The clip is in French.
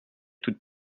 toutes